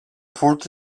port